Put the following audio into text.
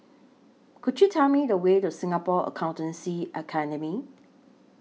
Could YOU Tell Me The Way to Singapore Accountancy Academy